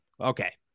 Okay